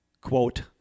quote